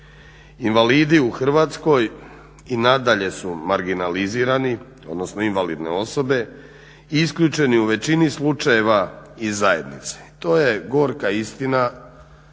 Invalidi u Hrvatskoj i nadalje su marginalizirani, odnosno invalidne osobe, isključeni u većini slučajeva iz zajednice. To je gorka istina,